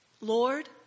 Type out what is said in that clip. Lord